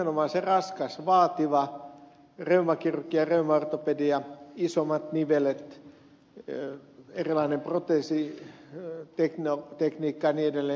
nimenomaan se raskas vaativa reumakirurgia ja reumaortopedia isommat nivelet erilainen proteesitekniikka ja niin edelleen